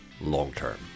long-term